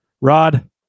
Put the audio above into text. Rod